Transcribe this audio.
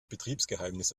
betriebsgeheimnis